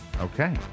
Okay